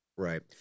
Right